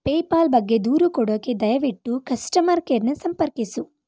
PayPal ಬಗ್ಗೆ ದೂರು ಕೊಡೋಕ್ಕೆ ದಯವಿಟ್ಟು ಕಸ್ಟಮರ್ ಕೇರನ್ನು ಸಂಪರ್ಕಿಸು